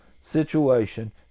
situation